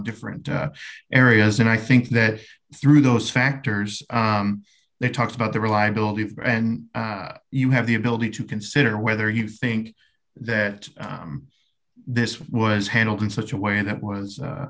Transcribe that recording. different areas and i think that through those factors they talked about the reliability of then you have the ability to consider whether you think that this was handled in such a way that was